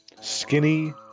Skinny